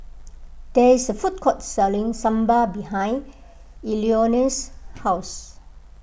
there is a food court selling Sambar behind Eleonore's house